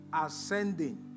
ascending